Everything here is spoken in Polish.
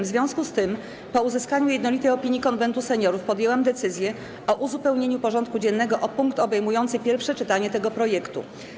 W związku z tym, po uzyskaniu jednolitej opinii Konwentu Seniorów, podjęłam decyzję o uzupełnieniu porządku dziennego o punkt obejmujący pierwsze czytanie tego projektu.